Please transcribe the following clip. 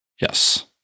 Yes